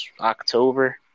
October